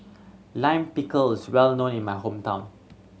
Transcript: Lime Pickle is well known in my hometown